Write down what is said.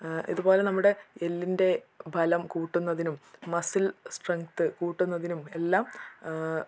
ഇതുപോലെ നമ്മുടെ എല്ലിൻ്റെ ബലം കൂട്ടുന്നതിനും മസിൽ സ്ട്രെങ്ത് കൂട്ടുന്നതിനും എല്ലാം